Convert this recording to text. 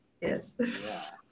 Yes